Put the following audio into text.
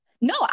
No